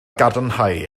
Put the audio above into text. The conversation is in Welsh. gadarnhau